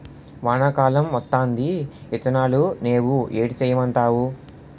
వానా కాలం వత్తాంది ఇత్తనాలు నేవు ఏటి సేయమంటావు